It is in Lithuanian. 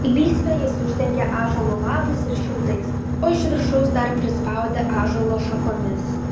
lysvę jis uždengė ąžuolo lapais ir šiaudais o iš viršaus dar prispaudė ąžuolo šakomis